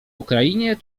ukrainie